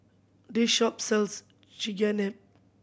this shop sells Chigenabe